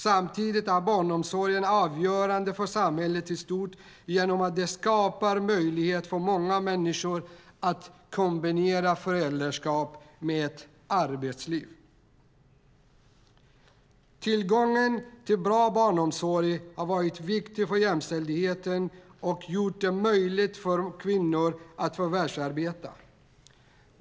Samtidigt är barnomsorgen avgörande för samhället i stort genom att den skapar möjlighet för många människor att kombinera föräldraskap med arbetsliv. Tillgången till bra barnomsorg har varit viktig för jämställdheten och gjort det möjligt för kvinnor att förvärvsarbeta.